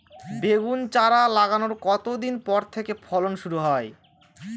বেগুন চারা লাগানোর কতদিন পর থেকে ফলন শুরু হয়?